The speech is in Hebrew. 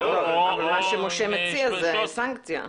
מה שמשה מציע זה סנקציה.